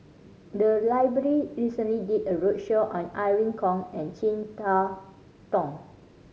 the library recently did a roadshow on Irene Khong and Chin Harn Tong